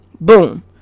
Boom